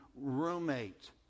roommate